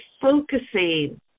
focusing